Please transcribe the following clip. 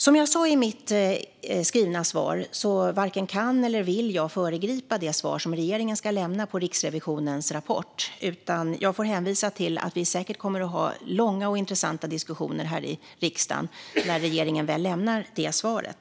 Som jag sa i mitt svar varken kan eller vill jag föregripa det svar som regeringen ska lämna på Riksrevisionens rapport, utan jag får hänvisa till att vi säkert kommer att ha långa och intressanta diskussioner här i riksdagen när regeringen väl lämnar det svaret.